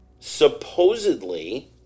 supposedly